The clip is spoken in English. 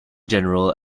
general